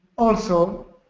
also,